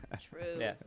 True